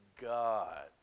God